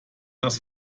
das